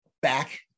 back